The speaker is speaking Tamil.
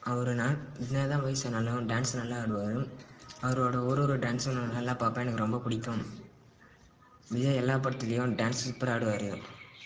அவர் நான் என்னதான் பொய் சொன்னாலும் டான்ஸ் நல்லா ஆடுவார் அவரோட ஒரு ஒரு டான்ஸும் நா நல்லா பார்ப்பேன் எனக்கு ரொம்ப பிடிக்கும் விஜய் எல்லா படத்திலயும் டான்ஸ் சூப்பராக ஆடுவார்